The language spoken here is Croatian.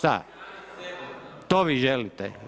To vi želite?